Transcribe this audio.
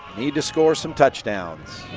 need to score some touchdowns.